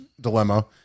dilemma